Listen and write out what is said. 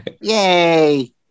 Yay